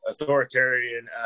authoritarian